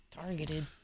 Targeted